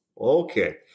okay